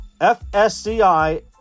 FSCI